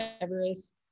Everest